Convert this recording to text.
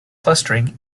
clustering